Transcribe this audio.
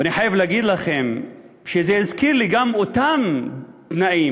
ואני חייב לומר לכם שזה הזכיר לי אותם תנאים,